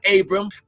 Abram